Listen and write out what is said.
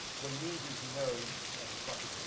what he means is, he knows and fuck if